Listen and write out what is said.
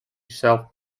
self